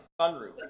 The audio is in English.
sunroof